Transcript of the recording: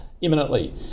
imminently